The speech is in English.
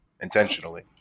intentionally